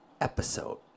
episode